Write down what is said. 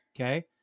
Okay